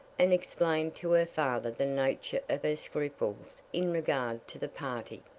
and explained to her father the nature of her scruples in regard to the party.